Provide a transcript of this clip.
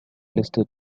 listed